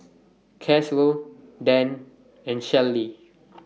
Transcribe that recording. Caswell Dann and Shellie